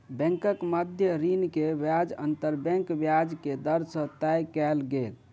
बैंकक मध्य ऋण के ब्याज अंतर बैंक ब्याज के दर से तय कयल गेल